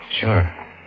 Sure